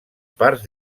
parts